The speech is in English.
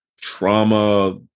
trauma